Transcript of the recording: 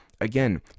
again